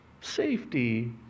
safety